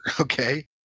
Okay